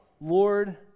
Lord